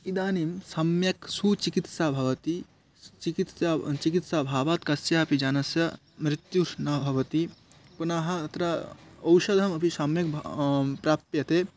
इदानीं सम्यक् सुचिकित्सा भवति सा चिकित्सा चिकित्साभावात् कस्यापि जनस्य मृत्युः न भवति पुनः अत्र औषधमपि सम्यक् भ प्राप्यते